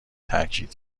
تاکید